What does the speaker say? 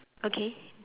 okay